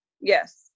Yes